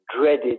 dreaded